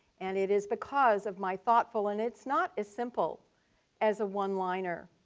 and it is because of my thoughtful and it's not as simple as a one-liner.